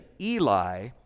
Eli